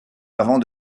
avant